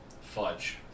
Fudge